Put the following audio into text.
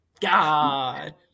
God